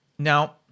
Now